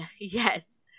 Yes